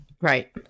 Right